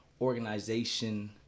organization